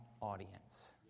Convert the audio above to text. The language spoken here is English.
audience